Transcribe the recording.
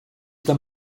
them